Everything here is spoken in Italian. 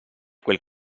quel